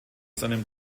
seinem